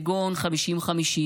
כגון 5050,